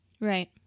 Right